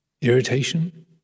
irritation